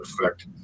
effect